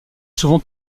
souvent